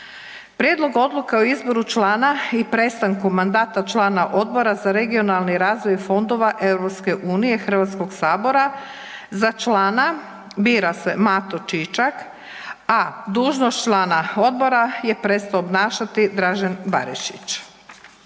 Prijedlog Odluke o izboru člana i prestanku mandata člana Odbora za regionalni razvoj fondova EU-e HS-a; za člana bira se Mato Čičak, a dužnost člana odbora je prestao obnašati Dražen Barišić.